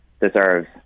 deserves